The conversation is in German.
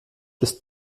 ist